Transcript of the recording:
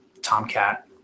Tomcat